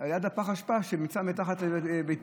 ליד הפח אשפה, מכולה שנמצאת מתחת לביתי.